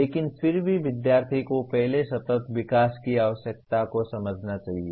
लेकिन फिर भी विद्यार्थी को पहले सतत विकास की आवश्यकता को समझना चाहिए